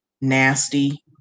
nasty